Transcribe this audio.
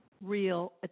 real